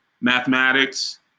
mathematics